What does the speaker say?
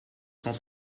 cent